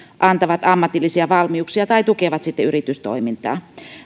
antavat ammatillisia valmiuksia tai tukevat yritystoimintaa